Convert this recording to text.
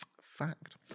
Fact